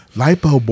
lipo